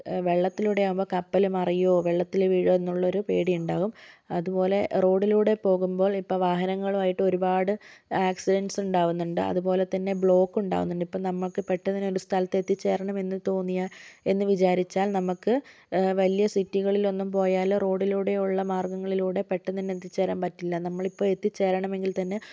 വെള്ളത്തിലൂടെ ആകുമ്പോൾ കപ്പലു മറിയുമോ വെള്ളത്തിൽ വീഴുമോ എന്നുള്ളൊരു പേടി ഉണ്ടാവും അതുപോലെ റോഡിലൂടെ പോകുമ്പോൾ ഇപ്പോൾ വാഹനങ്ങളും ആയിട്ട് ഒരുപാട് ആക്സിഡൻറ്റ്സ് ഉണ്ടാവുന്നുണ്ട് അതുപോലെത്തന്നെ ബ്ലോക്ക് ഉണ്ടാവുന്നുണ്ട് ഇപ്പോൾ നമുക്ക് പെട്ടെന്ന് തന്നെ ഒരു സ്ഥലത്ത് എത്തിച്ചേരണമെന്ന് തോന്നിയാൽ എന്ന് വിചാരിച്ചാൽ നമുക്ക് വലിയ സിറ്റികളിൽ ഒന്നും പോയാൽ റോഡിലൂടെ ഉള്ള മാർഗങ്ങളിലൂടെ പെട്ടെന്ന് തന്നെ എത്തിച്ചേരാൻ പറ്റില്ല നമ്മളിപ്പോൾ എത്തിച്ചേരണമെങ്കിൽ തന്നെ